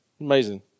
Amazing